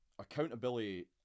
accountability